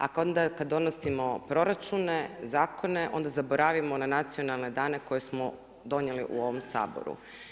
A onda kada donosimo proračune, zakone, onda zaboravimo na nacionalne dane koje smo donijeli u ovom Saboru.